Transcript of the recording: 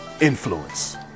influence